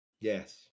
Yes